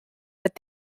but